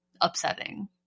upsetting